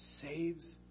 saves